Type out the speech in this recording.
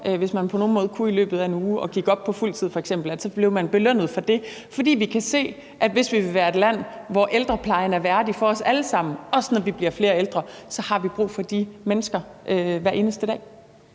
hvis man på nogen måde kunne, i løbet af en uge, og gik op på fuld tid f.eks. For vi kan se, at hvis vi vil være et land, hvor ældreplejen er værdig for os alle sammen – også når vi bliver flere ældre – så har vi brug for de mennesker hver eneste dag.